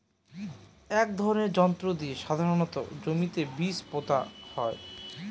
এক ধরনের যন্ত্র দিয়ে সাধারণত জমিতে বীজ পোতা হয়